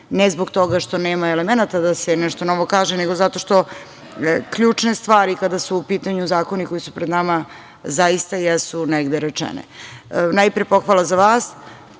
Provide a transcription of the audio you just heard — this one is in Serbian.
ne zbog toga što nema elemenata da se nešto novo kaže, nego zato što ključne stvari kada su u pitanju zakoni koji su pred nama zaista jesu negde rečene. Najpre pohvala za vas.